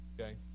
Okay